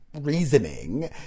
reasoning